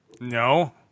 No